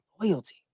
loyalty